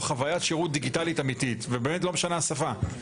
חוויית שירות דיגיטלית אמיתית ובאמת לא משנה השפה.